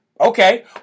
Okay